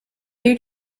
you